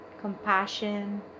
compassion